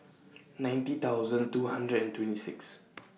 ninety thousand two hundred and twenty six